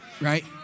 Right